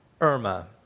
Irma